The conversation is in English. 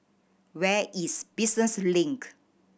where is Business Link